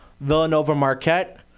Villanova-Marquette